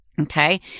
Okay